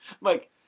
Mike